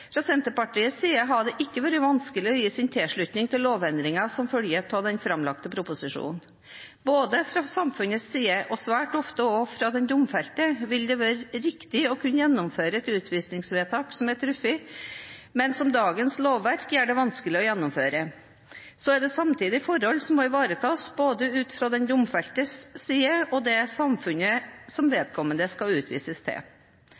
Fra Senterpartiets side har det ikke vært vanskelig å gi sin tilslutning til lovendringene som følger av den framlagte proposisjonen. Både fra samfunnets side, og svært ofte også fra den domfelte, vil det være riktig å kunne gjennomføre et utvisningsvedtak som er truffet, men som dagens lovverk gjør det vanskelig å gjennomføre. Så er det samtidig forhold som må ivaretas ut fra både den domfeltes side og det samfunnet som vedkommende skal utvises til.